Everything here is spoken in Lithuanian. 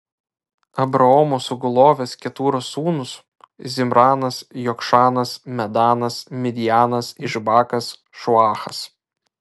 abraomo sugulovės ketūros sūnūs zimranas jokšanas medanas midjanas išbakas šuachas